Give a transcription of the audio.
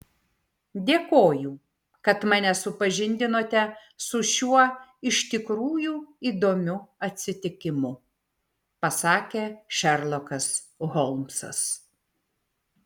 dėkoju kad mane supažindinote su šiuo iš tikrųjų įdomiu atsitikimu pasakė šerlokas holmsas